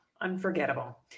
Unforgettable